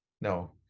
No